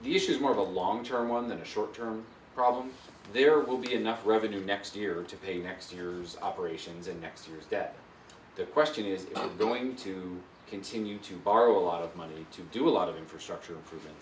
the issue is more of a long term one the short term problem there will be enough revenue next year to pay next year's operations and next step the question is going to continue to borrow a lot of money to do a lot of infrastructure improve